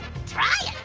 try it!